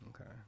Okay